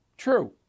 True